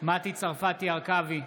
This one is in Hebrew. מטי צרפתי הרכבי,